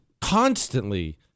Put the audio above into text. constantly